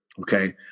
okay